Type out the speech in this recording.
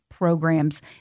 programs